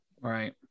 Right